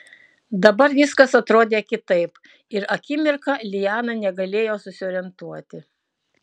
dabar viskas atrodė kitaip ir akimirką liana negalėjo susiorientuoti